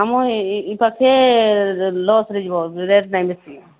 ଆମ ଏଇ ପାଖେ ଲସ୍ରେ ଯିବ ରେଟ୍ ନାହିଁ ବେଶୀ